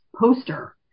poster